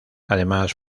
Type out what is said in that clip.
además